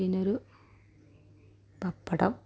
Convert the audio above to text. പിന്നൊരു പപ്പടം